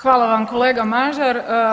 Hvala vam kolega Mažar.